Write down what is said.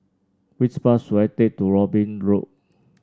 which bus should I take to Robin Road